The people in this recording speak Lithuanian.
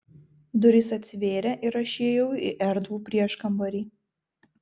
durys atsivėrė ir aš įėjau į erdvų prieškambarį